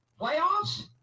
Playoffs